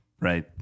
right